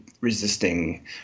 resisting